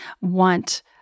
want